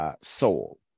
soul